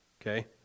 Okay